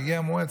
מגיע המועד,